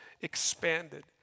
expanded